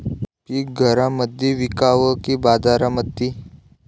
पीक घरामंदी विकावं की बाजारामंदी?